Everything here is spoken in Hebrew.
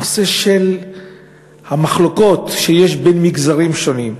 נושא המחלוקות בין מגזרים שונים.